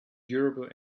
durable